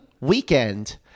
weekend